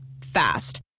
Fast